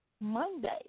Monday